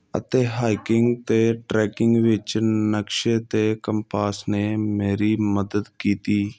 ਅਤੇ ਹਾਈਕਿੰਗ ਅਤੇ ਟਰੈਕਿੰਗ ਵਿੱਚ ਨਕਸ਼ੇ ਅਤੇ ਕੰਪਾਸ ਨੇ ਮੇਰੀ ਮਦਦ ਕੀਤੀ